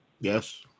yes